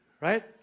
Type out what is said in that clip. right